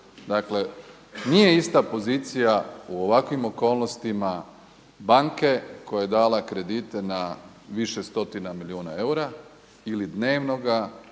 Dakle, nije ista pozicija u ovakvim okolnostima banke koja je dala kredite na više stotina milijuna eura ili dnevnoga